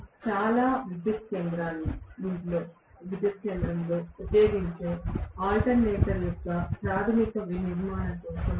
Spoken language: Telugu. కాబట్టి చాలా విద్యుత్ కేంద్రంలో ఉపయోగించే ఆల్టర్నేటర్ యొక్క ప్రాథమిక నిర్మాణం కోసం